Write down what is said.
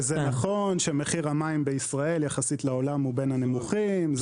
וזה נכון שמחיר המים בישראל יחסית לעולם הוא בין הנמוכים,